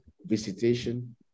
visitation